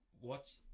watch